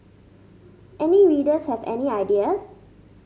any readers have any ideas